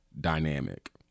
dynamic